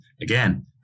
Again